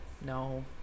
no